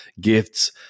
gifts